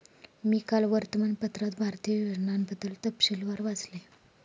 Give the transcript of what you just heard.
मी काल वर्तमानपत्रात भारतीय योजनांबद्दल तपशीलवार वाचले